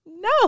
No